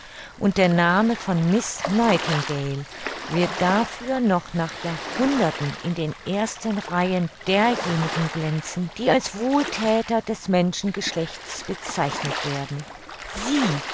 und der name von miss nightingale wird dafür noch nach jahrhunderten in den ersten reihen derjenigen glänzen die als wohlthäter des menschengeschlechts bezeichnet werden sie